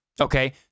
Okay